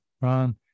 Ron